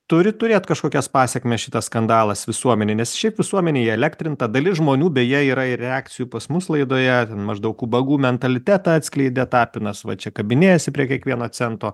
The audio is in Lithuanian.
turi turėt kažkokias pasekmes šitas skandalas visuomenei nes šiaip visuomenė įelektrinta dalis žmonių beje yra ir reakcijų pas mus laidoje maždaug ubagų mentalitetą atskleidė tapinas va čia kabinėjasi prie kiekvieno cento